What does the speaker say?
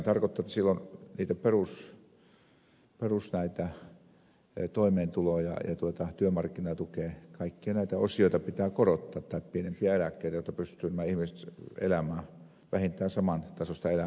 sehän tarkoittaa että silloin perustoimeentuloa ja työmarkkinatukea kaikkia näitä osioita tai pienempiä eläkkeitä pitää korottaa jotta pystyvät nämä ihmiset elämään vähintään samantasoista elämää kuin tällä hetkellä